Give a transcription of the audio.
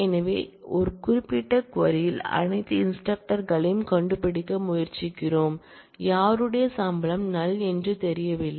எனவே இந்த குறிப்பிட்ட க்வரி ல் அனைத்து இன்ஸ்டிரக்டர்களையும் கண்டுபிடிக்க முயற்சிக்கிறோம் யாருடைய சம்பளம் நல் என்று தெரியவில்லை